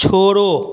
छोड़ो